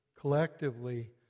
collectively